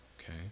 Okay